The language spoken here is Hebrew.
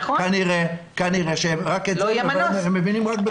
כנראה שהם מבינים רק בכוח.